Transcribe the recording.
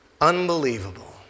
unbelievable